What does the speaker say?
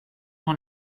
dans